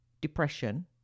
depression